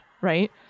right